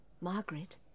Margaret